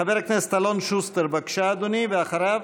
חבר הכנסת אלון שוסטר, בבקשה, אדוני, ואחריו,